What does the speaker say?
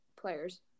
players